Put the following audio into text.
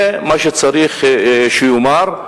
זה מה שצריך להיאמר.